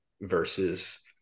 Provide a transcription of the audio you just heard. Versus